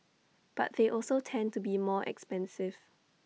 but they also tend to be more expensive